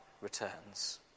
returns